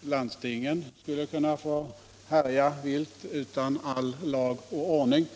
landstingen skall få härja vilt utan all lag och ordning.